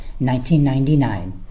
1999